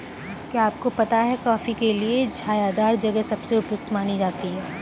क्या आपको पता है कॉफ़ी के लिए छायादार जगह सबसे उपयुक्त मानी जाती है?